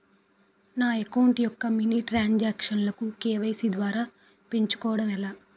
నా అకౌంట్ యెక్క money transaction లు కే.వై.సీ ద్వారా పెంచుకోవడం ఎలా?